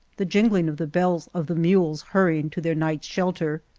the jingling of the bells of the mules hurrying to their night's shelter.